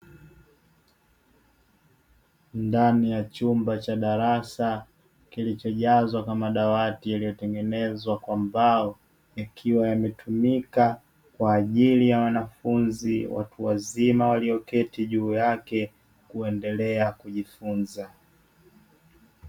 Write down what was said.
Ndani ya chumba cha darasa, kilichojazwa na madawati yaliyo tengenezwa kwa mbao, yakiwa yametumika kwa ajili ya wanafunzi watu wazima, walioketi juu yake kuendelea kujifunza.